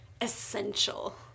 essential